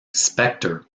spectre